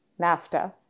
NAFTA